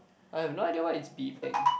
I have no idea what is beeping